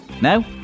Now